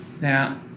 Now